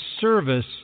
service